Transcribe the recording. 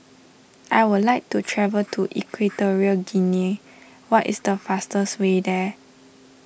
I would like to travel to Equatorial Guinea what is the fastest way there